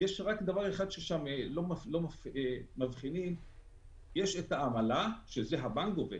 יש רק דבר אחד שלא מבחינים בו שם: יש את העמלה שהבנק גובה,